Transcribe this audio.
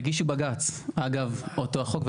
הגישו בג"ץ אגב אותו החוק.